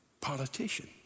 politician